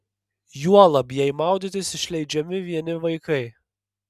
juolab jei maudytis išleidžiami vieni vaikai